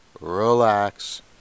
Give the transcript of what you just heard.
relax